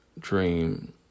dream